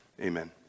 amen